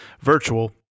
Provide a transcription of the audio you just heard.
virtual